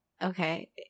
Okay